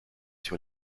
sur